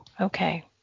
okay